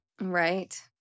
Right